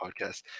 podcast